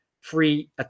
free